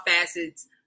facets